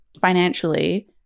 financially